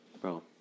Bro